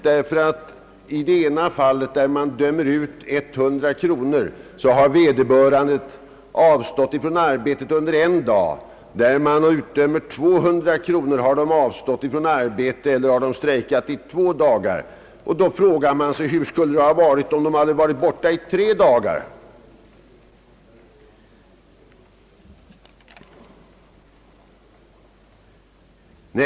I det fall man utdömt 100 kronor hade vederbörande avstått från arbete under en dag, och där man utdömt 200 kronor i skadestånd hade vederbörande avstått från arbete i två dagar. Då frågar man sig hur domslutet skulle ha blivit om de hade varit borta i tre dagar.